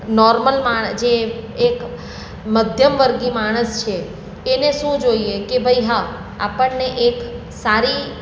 normal માણ જે એક મધ્યમવર્ગી માણસ છે એને શું જોઈએ કે ભાઈ હા આપણને એક સારી